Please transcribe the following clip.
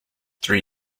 three